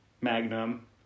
Magnum